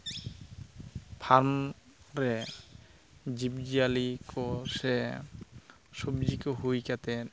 farm ᱨᱮ ᱡᱤᱵᱽᱼᱡᱤᱭᱟᱹᱞᱤ ᱠᱚ ᱥᱮ ᱥᱚᱵᱡᱤ ᱠᱚ ᱦᱩᱭ ᱠᱟᱛᱮᱫ